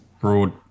broad